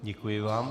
Děkuji vám.